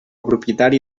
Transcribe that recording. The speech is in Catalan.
propietari